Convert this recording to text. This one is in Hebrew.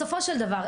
בסופו של דבר,